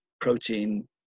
protein